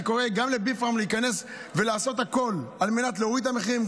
אני קורא גם ל-Be פארם להיכנס ולעשות הכול על מנת להוריד את המחירים,